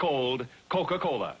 cold coca cola